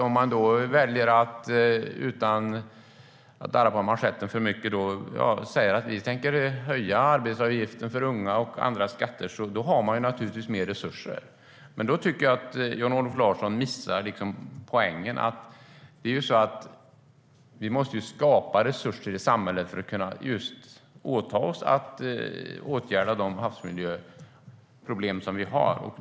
Om man väljer att utan att darra på manschetten höja arbetsgivaravgiften för unga och höja andra skatter har man naturligtvis mer resurser. Jag tycker dock att Jan-Olof Larsson missar poängen. Vi måste ju skapa resurser i samhället för att kunna åta oss att åtgärda de havsmiljöproblem som vi har.